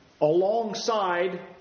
Alongside